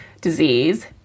disease